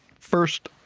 first,